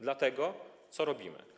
Dlatego co robimy?